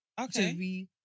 Okay